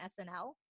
SNL